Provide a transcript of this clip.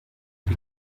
wie